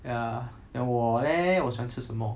ya then 我 leh 我喜欢吃什么